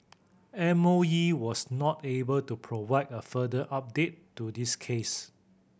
M O E was not able to provide a further update to this case